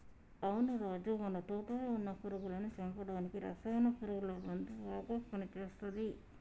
అవును రాజు మన తోటలో వున్న పురుగులను చంపడానికి రసాయన పురుగుల మందు బాగా పని చేస్తది